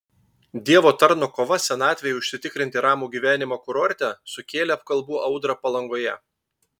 dievo tarno kova senatvei užsitikrinti ramų gyvenimą kurorte sukėlė apkalbų audrą palangoje